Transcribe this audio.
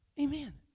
Amen